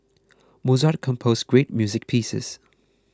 Mozart composed great music pieces